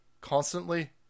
constantly